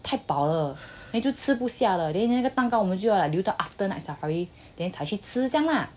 太饱了 then 就吃不下了 then 那个蛋糕我们就要留到 like after night safari then 才去吃这样 lah